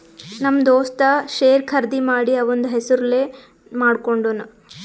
ನಮ್ ದೋಸ್ತ ಶೇರ್ ಖರ್ದಿ ಮಾಡಿ ಅವಂದ್ ಹೆಸುರ್ಲೇ ಮಾಡ್ಕೊಂಡುನ್